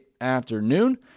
afternoon